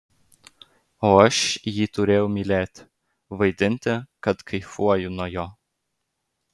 o aš jį turėjau mylėti vaidinti kad kaifuoju nuo jo